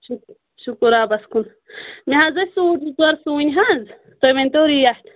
شُکُرشُکُر رۄبس کُن مےٚ حظ ٲسۍ سوٗٹ زٕ ژور سُوٕنۍ حظ تُہۍ ؤنۍ تو ریٹ